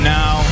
now